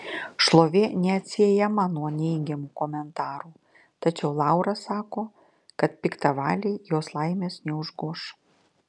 šlovė neatsiejama nuo neigiamų komentarų tačiau laura sako kad piktavaliai jos laimės neužgoš